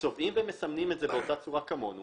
צובעים ומסמנים את זה באותה צורה כמונו